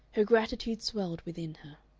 her gratitude swelled within her.